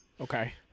Okay